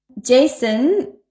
Jason